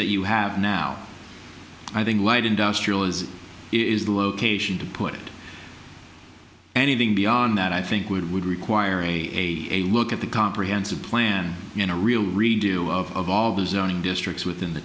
that you have now i think light industrial is is the location to put anything beyond that i think would would require a look at the comprehensive plan in a real redo of zoning districts within the